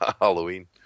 Halloween